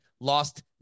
lost